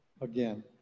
again